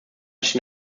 stehen